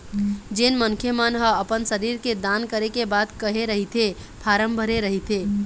जेन मनखे मन ह अपन शरीर के दान करे के बात कहे रहिथे फारम भरे रहिथे